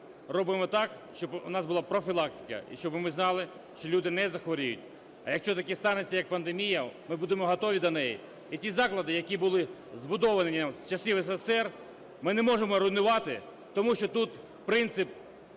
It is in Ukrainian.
робимо так, щоб у нас була профілактика, і щоб ми знали, що люди не захворіють, а якщо таке станеться як пандемія, ми будемо готові до неї і ті заклади, які були збудовані з часів СРСР, ми не можемо руйнувати, тому що тут принцип